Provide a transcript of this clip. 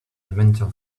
elemental